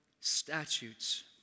statutes